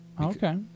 Okay